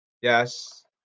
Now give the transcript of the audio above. Yes